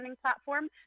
platform